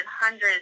hundreds